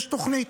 יש תוכנית.